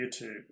YouTube